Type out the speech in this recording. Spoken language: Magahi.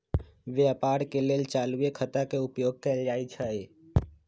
व्यापार के लेल चालूये खता के उपयोग कएल जाइ छइ